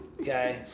Okay